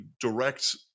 direct